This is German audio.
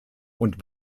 und